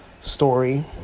story